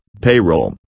payroll